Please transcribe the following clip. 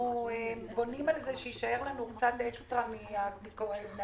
אנחנו בונים על זה שיישאר לנו אקסטרה מהקלפיות,